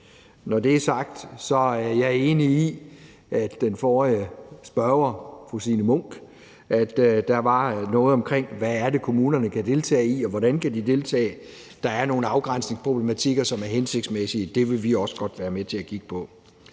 Når det er sagt, er jeg enig med den forrige spørger, fru Signe Munk, i, at der er noget med, hvad det er, kommunerne kan deltage i, hvordan de kan deltage i. Der er nogle afgrænsningsproblematikker, som det er hensigtsmæssigt at kigge på, og det vil vi også godt være med til.